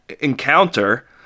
encounter